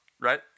Right